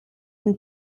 dem